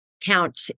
count